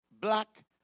black